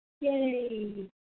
Yay